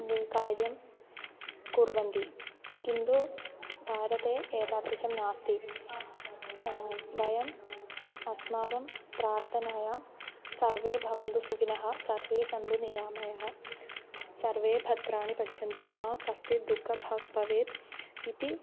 कार्यं कुर्वन्ति किन्तु भारते एतादृशं नास्ति वयम् अस्माकं प्रार्थनायां सर्वे भवन्तु सुखिनः सर्वे सन्तु निरामयाः सर्वे भद्राणि पश्यन्तु मा कश्चित् दुःखभाग् भवेत् इति